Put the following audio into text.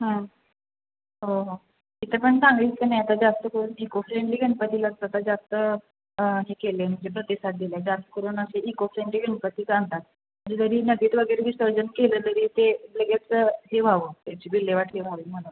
हो हो इथं पण सांगलीत की नाही आता जास्त करून इकोफ्रेंडली गणपती असतात तर जास्त हे केलं आहे म्हणजे प्रतिसाद दिला आहे जास्त करून असे इकोफ्रेंडली गणपतीच आणतात आणि जरी नदीत वगैरे विसर्जन केलं तरी ते लगेच हे व्हावं त्याची विल्हेवाटही व्हावी म्हणून